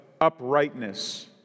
uprightness